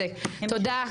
תודה.